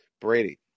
Brady